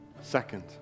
Second